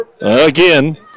again